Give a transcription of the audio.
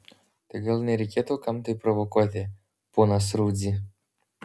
tai gal nereikėtų kam tai provokuoti ponas rudzy